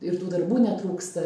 ir tų darbų netrūksta